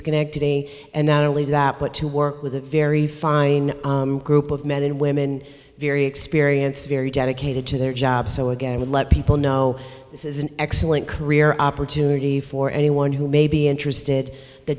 schenectady and not only that but to work with a very fine group of men and women very experienced very dedicated to their jobs so again let people know this is an excellent career opportunity for anyone who may be interested the